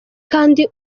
kandi